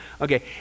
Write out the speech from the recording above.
Okay